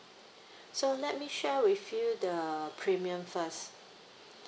so let me share with you the premium first